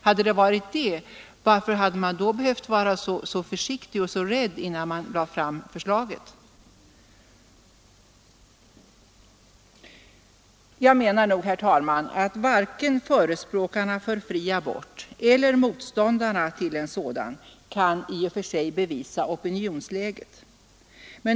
Om så varit fallet, varför hade man då behövt vara så försiktig och så rädd, innan man lade fram förslaget? Varken förespråkarna för fri abort eller motståndarna till en sådan kan i och för sig bevisa opinionsläget.